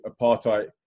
apartheid